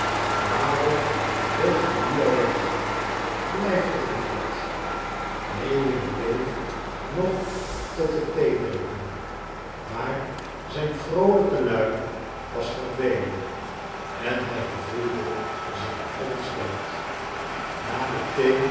waarom wilt ge nu al weg blijf toch nog wat lewin bleef nog tot het theedrinken maar zijn vroolijke luim was verdwenen en hij gevoelde zich ontstemd na de